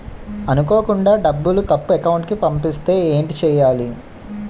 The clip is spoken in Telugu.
అనుకోకుండా డబ్బులు తప్పు అకౌంట్ కి పంపిస్తే ఏంటి చెయ్యాలి?